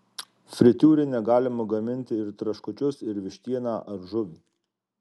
fritiūrine galima gaminti ir traškučius ir vištieną ar žuvį